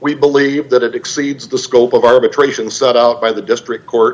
we believe that it exceeds the scope of arbitration set out by the district court